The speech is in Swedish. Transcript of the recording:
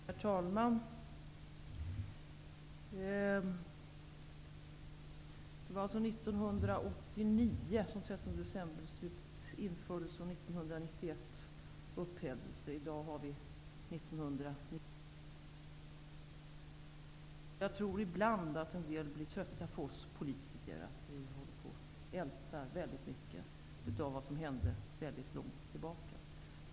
Herr talman! Det var 1989 som 13 decemberbeslutet infördes, och det upphävdes 1991. I dag har vi år 1993. Jag tror att en del människor ibland blir trötta på oss politiker som väldigt ofta ältar det som hände långt tillbaka i tiden.